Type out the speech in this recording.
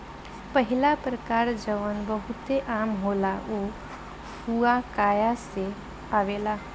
पहिला प्रकार जवन बहुते आम होला उ हुआकाया से आवेला